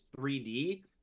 3D